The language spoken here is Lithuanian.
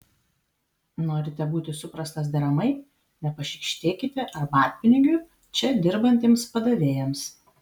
norite būti suprastas deramai nepašykštėkite arbatpinigių čia dirbantiems padavėjams